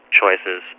choices